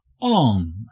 On